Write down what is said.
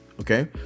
Okay